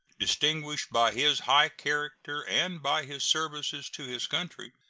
distinguished by his high character and by his services to his country,